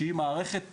שהיא מערכת טבעתית,